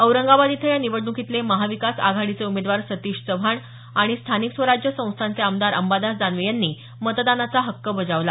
औरंगाबाद इथं या निवडण्कीतले महाविकास आघाडीचे उमेदवार सतीश चव्हाण आणि स्थानिक स्वराज्य संस्थांचे आमदार अंबादास दानवे यांनी मतदानाचा हक्क बजावला